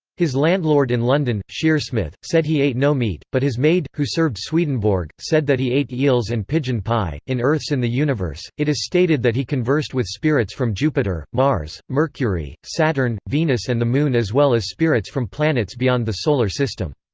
his landlord in london, shearsmith, said he ate no meat, but his maid, who served swedenborg, said that he ate eels and pigeon pie in earths in the universe, it is stated that he conversed with spirits from jupiter, mars, mercury, saturn, venus and the moon as well as spirits from planets beyond the solar system.